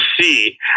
see